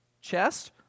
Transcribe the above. chest